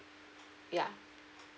ya